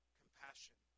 compassion